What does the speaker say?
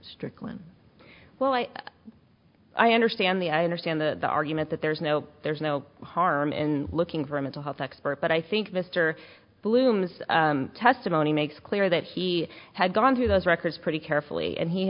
strickland well i i understand the i understand the argument that there's no there's no harm in looking for a mental health expert but i think mr bloom's testimony makes clear that he had gone through those records pretty carefully and he